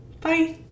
Bye